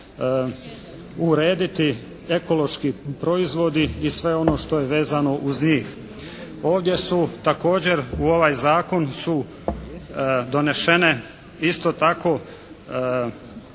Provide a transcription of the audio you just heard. urediti ekološki proizvodi i sve ono što je vezano uz njih. Ovdje su također u ovaj Zakon su donešene isto tako